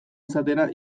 izatera